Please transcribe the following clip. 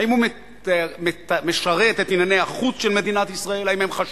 האם הוא משרת את ענייני החוץ של מדינת ישראל,